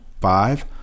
five